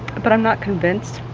but i'm not convinced.